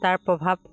তাৰ প্ৰভাৱ